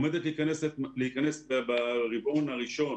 ברבעון הראשון